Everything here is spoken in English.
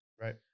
Right